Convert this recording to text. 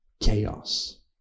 chaos